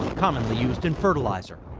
commonly used in fertilizer.